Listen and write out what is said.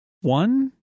one